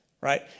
right